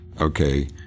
okay